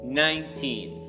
nineteen